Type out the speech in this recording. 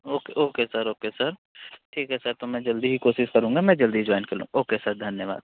okay okay sir okay sir ठीक है sir तो मैं जल्दी ही कोशिश करूँगा मैं जल्दी ही ज्वाइन करू लूँ ओके सर धन्यवाद